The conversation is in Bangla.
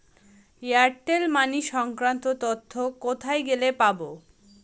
এয়ারটেল মানি সংক্রান্ত তথ্য কোথায় গেলে পাব?